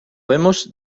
vemos